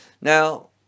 now